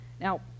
now